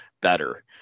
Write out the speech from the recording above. better